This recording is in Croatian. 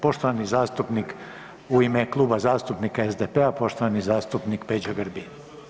Poštovani zastupnik u ime Kluba zastupnika SDP-a poštovani zastupnik Peđa Grbin.